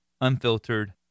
unfiltered